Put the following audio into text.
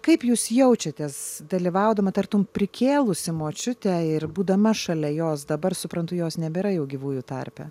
kaip jūs jaučiatės dalyvaudama tartum prikėlusi močiutę ir būdama šalia jos dabar suprantu jos nebėra jau gyvųjų tarpe